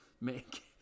make